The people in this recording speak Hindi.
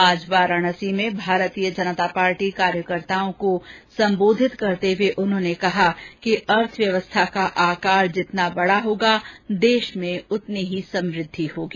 आज वाराणसी में भारतीय जनता पार्टी कार्यकर्ताओं को संबोधित करते हुए उन्होंने कहा कि अर्थव्यवस्था का आकार जितना बड़ा होगा देश में उतनी ही समुद्धि होगी